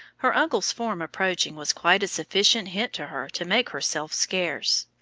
her uncle's form approaching was quite a sufficient hint to her to make herself scarce.